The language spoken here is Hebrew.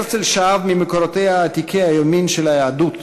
הרצל שאב ממקורותיה עתיקי היומין של היהדות,